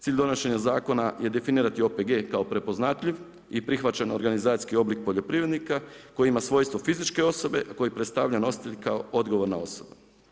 Cilj donošenja zakona je definirati OPG kao prepoznatljiv i prihvaćen organizacijski oblik poljoprivrednika, koji ima svojstvo fizičke osobe, a koji predstavlja nositelj kao odgovorna osoba.